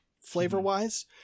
flavor-wise